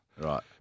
Right